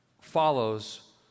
follows